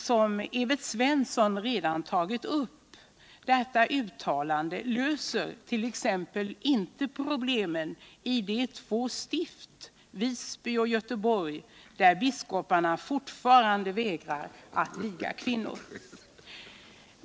Som Evert Svensson redan varit inne på löser det inte problemen i de två stift, Visby och Göteborg. där biskoparna fortfarande vägrar att viga kvinnor.